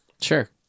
sure